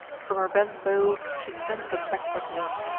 from her bent bow she sends a backward wound.